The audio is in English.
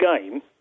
game